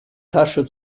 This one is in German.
tasche